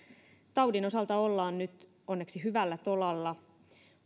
taudin osalta ollaan nyt onneksi hyvällä tolalla